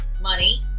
money